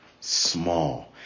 small